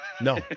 No